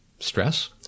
stress